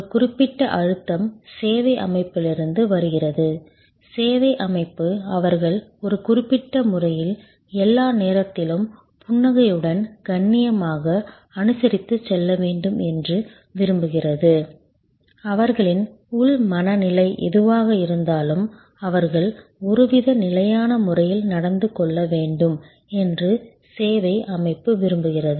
ஒரு குறிப்பிட்ட அழுத்தம் சேவை அமைப்பிலிருந்து வருகிறது சேவை அமைப்பு அவர்கள் ஒரு குறிப்பிட்ட முறையில் எல்லா நேரத்திலும் புன்னகையுடன் கண்ணியமாக அனுசரித்துச் செல்ல வேண்டும் என்று விரும்புகிறது அவர்களின் உள் மன நிலை எதுவாக இருந்தாலும் அவர்கள் ஒருவித நிலையான முறையில் நடந்து கொள்ள வேண்டும் என்று சேவை அமைப்பு விரும்புகிறது